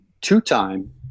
two-time